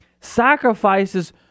sacrifices